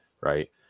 right